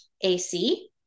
AC